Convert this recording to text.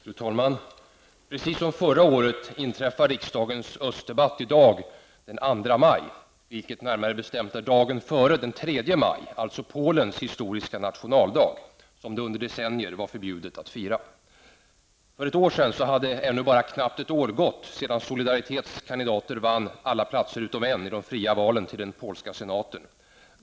Fru talman! Precis som förra året inträffar riksdagens östdebatt den 2 maj, vilket närmare bestämt är dagen före den 3 maj, alltså Polens historiska nationaldag som det under decennier var förbjudet att fira. För ett år sedan hade ännu bara knappt ett år gått sedan Solidaritets kandidater vann alla platser utom en i de fria valen till den nya polska senaten.